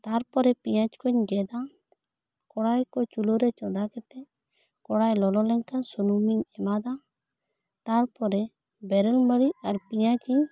ᱛᱟᱨᱯᱚᱨᱮ ᱯᱮᱭᱟᱡᱽ ᱠᱩᱧ ᱜᱮᱫᱟ ᱠᱚᱲᱟᱭ ᱠᱚ ᱪᱩᱞᱦᱟᱹ ᱨᱮ ᱪᱚᱱᱫᱟ ᱠᱟᱛᱮ ᱠᱚᱲᱟᱭ ᱞᱚᱞᱚ ᱞᱮᱱ ᱠᱷᱟᱱ ᱥᱩᱱᱩᱢ ᱤᱧ ᱮᱢᱟᱫᱟ ᱛᱟᱨᱯᱚᱨᱮ ᱵᱮᱨᱮᱞ ᱢᱟᱨᱤᱡᱽ ᱟᱨ ᱯᱤᱭᱟᱡᱤᱧ ᱮᱢᱟᱫᱟ